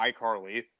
iCarly